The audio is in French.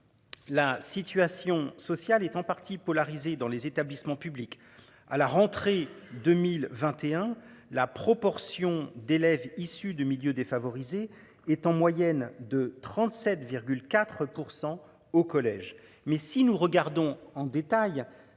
La situation sociale étant partie polarisée dans les établissements publics à la rentrée 2021, la proportion d'élèves issus de milieux défavorisés est en moyenne de 37 4 % au collège. Mais si nous regardons en détails